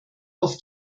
auf